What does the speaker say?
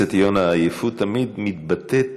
חבר הכנסת יונה, העייפות תמיד מתבטאת